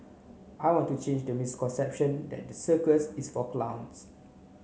I want to change the misconception that the circus is for clowns